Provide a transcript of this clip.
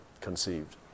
conceived